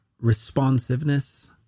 responsiveness